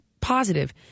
positive